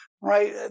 right